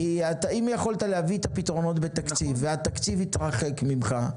כי אם יכולת להביא את הפתרונות בתקציב והתקציב התרחק ממך,